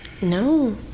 no